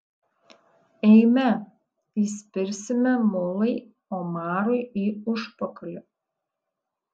eime įspirsime mulai omarui į užpakalį